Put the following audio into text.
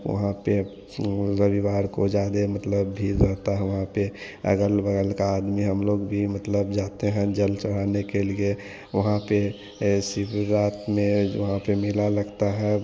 वहाँ पर रविवार को ज़्यादा मतलब भीड़ रहता है वहाँ पर अगल बगल का आदमी हम लोग भी मतलब जाते हैं जल चढ़ाने के लिए वहाँ पर ए शिवरात्रि में जो वहाँ पर मेला लगता है